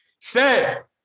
set